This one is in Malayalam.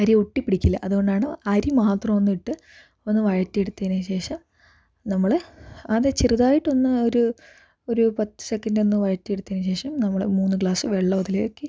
അരി ഒട്ടിപിടിക്കില്ല അതുകൊണ്ടാണ് അരി മാത്രമൊന്നിട്ട് ഒന്ന് വഴറ്റി എടുത്തതിന് ശേഷം നമ്മൾ ആദ്യം ചെറുതായിട്ടൊന്ന് ഒരു ഒരു പത്ത് സെക്കൻഡ് ഒന്ന് വഴറ്റി എടുത്തതിന് ശേഷം നമ്മൾ മൂന്ന് ഗ്ലാസ് വെള്ളം അതിലേക്ക്